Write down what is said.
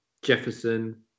Jefferson